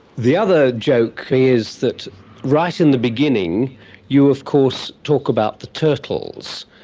the other joke is that right in the beginning you of course talk about the turtles,